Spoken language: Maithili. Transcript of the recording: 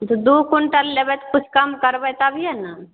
दू क्विंटल लेबै तऽ किछु कम करबै तभिये ने